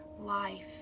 life